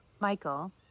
Michael